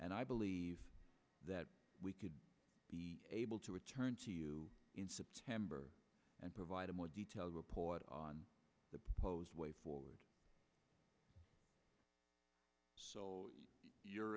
and i believe that we could be able to return to you in september and provide a more detailed report on the proposed way forward so you're